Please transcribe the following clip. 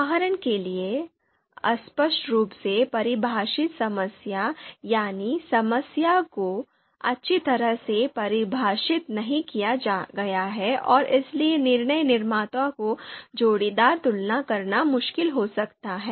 उदाहरण के लिए अस्पष्ट रूप से परिभाषित समस्या यानी समस्या को अच्छी तरह से परिभाषित नहीं किया गया है और इसलिए निर्णय निर्माता को जोड़ीदार तुलना करना मुश्किल हो सकता है